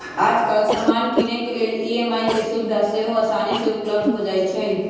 याजकाल समान किनेके लेल ई.एम.आई के सुभिधा सेहो असानी से उपलब्ध हो जाइ छइ